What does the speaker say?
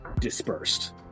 dispersed